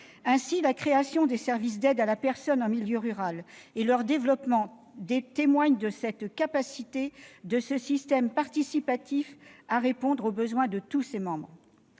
Ainsi, la création des services d'aide à la personne en milieu rural et leur développement témoignent de la capacité de ce système participatif à répondre aux besoins de tous ses membres.